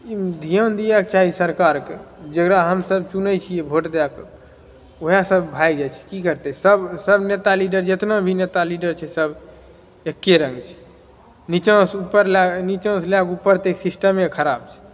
ई धिआन दिएके चाही सरकारके जेकरा हमसब चुनैत छियै भोट दै कऽ ओएह सब भागि जाइत छै की करतै सब सब नेता लीडर जेतना भी नेता लीडर छै सब एके रङ्ग छै नीचाँ से ऊपर लै नीचाँ से लैके ऊपर तक सिस्टमे खराब छै